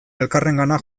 elkarrengana